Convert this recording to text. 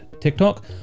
TikTok